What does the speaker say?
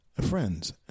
friends